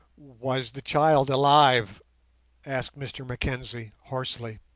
was the child alive asked mr mackenzie, hoarsely.